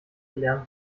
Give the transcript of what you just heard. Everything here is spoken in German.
gelernt